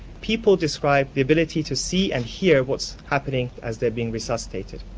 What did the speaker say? people describe the ability to see and hear what's happening as they're being resuscitated.